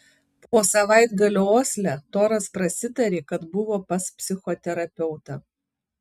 po savaitgalio osle toras prasitarė kad buvo pas psichoterapeutą